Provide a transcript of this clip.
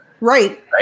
Right